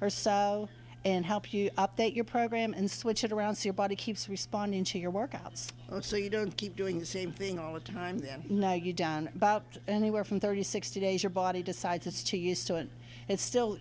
or so and help you update your program and switch it around so your body keeps responding to your workouts so you don't keep doing the same thing all the time then now you've done about anywhere from thirty to sixty days your body decides it's too used to and it still